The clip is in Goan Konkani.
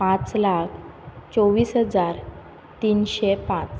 पांच लाख चोव्वीस हजार तिनशें पांच